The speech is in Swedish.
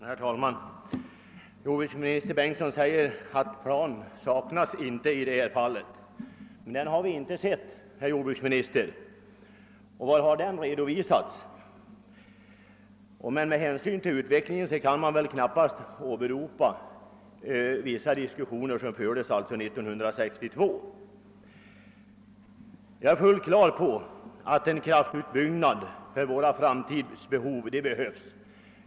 Herr = talman! Jordbruksminister Bengtsson säger att en plan inte saknas. Men den har vi inte sett, herr jordbruks minister. Var har den redovisats? Med hänsyn till utvecklingen kan man väl knappast åberopa de diskussioner som fördes 1962. Jag är fullt på det klara med att en kraftutbyggnad behövs om vårt framtida behov av elkraft skall täckas.